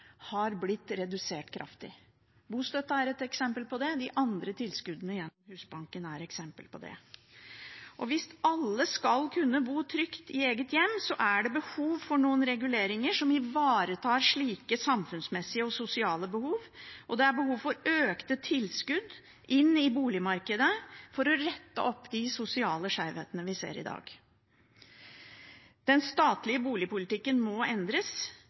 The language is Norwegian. blitt kraftig redusert. Bostøtten er et eksempel på det. De andre tilskuddene gjennom Husbanken er et eksempel på det. Hvis alle skal kunne bo trygt i eget hjem, er det behov for noen reguleringer som ivaretar samfunnsmessige og sosiale behov, og det er behov for økte tilskudd til boligmarkedet for å rette opp de sosiale skjevhetene vi ser i dag. Den statlige boligpolitikken må endres.